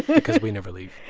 because we never leave